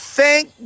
Thank